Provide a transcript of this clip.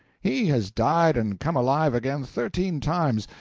he has died and come alive again thirteen times,